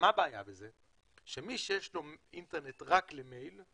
הבעיה בזה היא שמי שיש לו אינטרנט רק למייל,